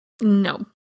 No